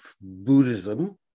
Buddhism